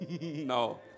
No